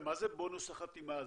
מה זה בונוס החתימה הזה?